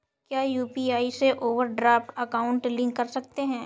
क्या यू.पी.आई से overdraft account link कर सकते हैं?